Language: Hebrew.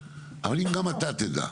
אבל, אם גם אתה תדע,